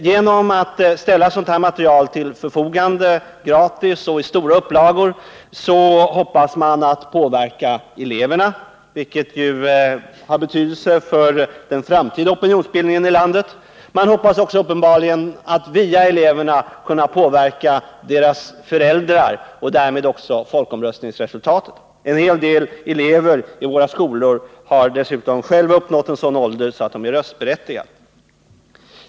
Genom att ställa sådant material till förfogande gratis och i stora upplagor hoppas man kunna påverka eleverna, vilket ju har betydelse för den framtida opinionsbildningen i landet, och uppenbarligen också att via eleverna kunna påverka föräldrar och därmed också folkomröstningsresultatet. En del elever i skolorna har dessutom själva nått sådan ålder att de är röstberättigade.